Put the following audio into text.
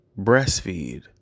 breastfeed